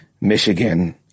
Michigan